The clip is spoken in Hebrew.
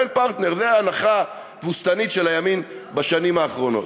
זו הנחה תבוסתנית של הימין בשנים האחרונות.